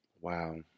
wow